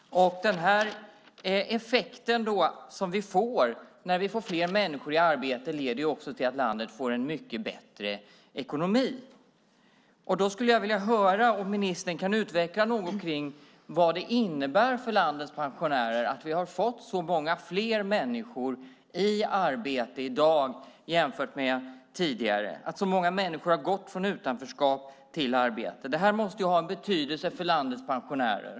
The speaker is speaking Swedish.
Den effekt vi får när fler människor kommer i arbete leder också till att landet får en mycket bättre ekonomi. Jag skulle vilja höra om ministern kan utveckla något vad det innebär för landets pensionärer att vi har fått så många fler människor i arbete i dag jämfört med tidigare och att så många människor gått från utanförskap till arbete. Detta måste ha betydelse för landets pensionärer.